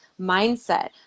mindset